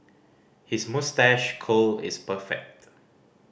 his moustache curl is perfect